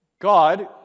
God